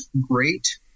great